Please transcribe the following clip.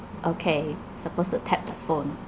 okay supposed to tap the phone